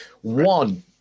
One